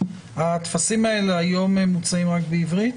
הטפסים האלה היום רק בעברית?